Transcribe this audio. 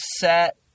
set